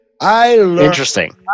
Interesting